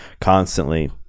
constantly